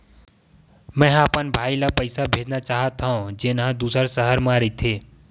मेंहा अपन भाई ला पइसा भेजना चाहत हव, जेन हा दूसर शहर मा रहिथे